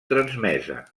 transmesa